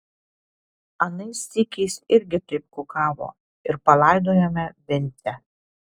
anais sykiais irgi taip kukavo ir palaidojome vincę